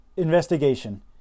investigation